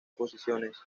posiciones